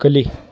ಕಲಿ